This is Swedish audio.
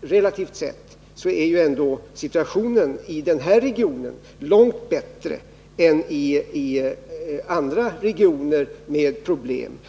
visat sig att situationen i regionen i fråga varit relativt sett långt bättre än i andra regioner med problem.